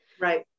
Right